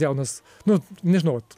jaunas nu nežinau vat